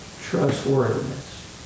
trustworthiness